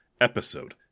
Episode